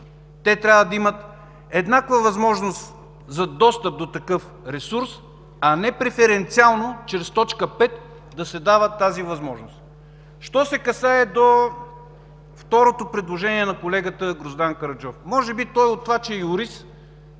Те трябва да имат еднаква възможност за достъп до такъв ресурс, а не преференциално чрез т. 5 да се дава тази възможност. Що се касае до второто предложение на колегата Гроздан Караджов, може би той от това, че е юрист,